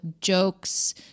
jokes